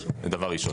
זה דבר ראשון.